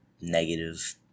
negative